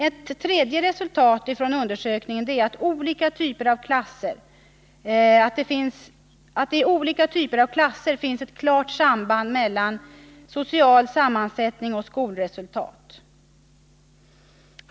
Ytterligare ett resultat från undersökningen är att det i olika typer av klasser finns ett klart samband mellan social sammansättning och skolresultat.